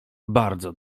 bardzo